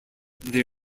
they